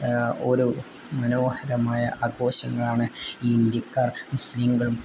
ഒരു മനോഹരമായ ആഘോഷങ്ങളാണ് ഈ ഇന്ത്യക്കാർ മുസ്ലിങ്ങളും